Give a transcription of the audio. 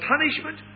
punishment